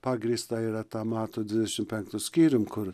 pagrįsta yra ta mato dvidešim penktu skyrium kur